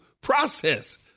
process